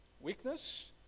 Weakness